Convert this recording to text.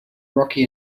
rocky